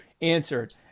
answered